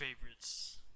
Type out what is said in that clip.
favorites